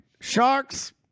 sharks